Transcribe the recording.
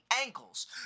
ankles